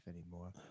anymore